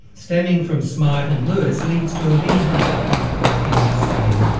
stemming from smart and lewis leads to a beehive of current work in this vein.